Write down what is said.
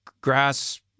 grass